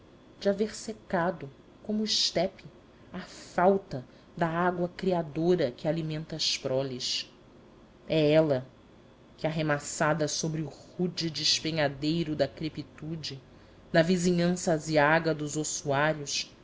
de haver secado como o estepe à falta da água criadora que alimenta as proles é ela que arremessada sobre o rude despenhadeiro da decrepitude na vizinhança aziaga dos ossuários